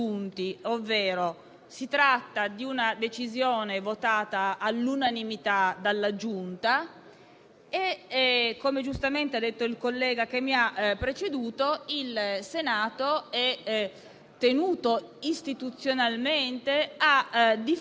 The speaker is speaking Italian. Abbiamo avuto diverse occasioni di discussione in quest'Aula di tutto ciò che ha a che vedere con le prerogative del Parlamento, dei suoi componenti e del Governo nel rapporto con gli altri poteri dello Stato e, quindi, con la